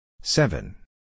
Seven